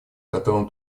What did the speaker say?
которым